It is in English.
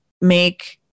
make